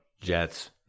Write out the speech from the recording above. Jets